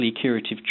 curative